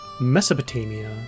Mesopotamia